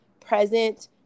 present